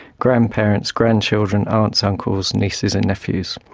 grandparents, grandchildren, aunts, uncles, nieces and nephews.